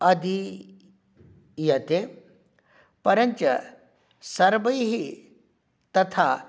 अधीयते परञ्च सर्वैः तथा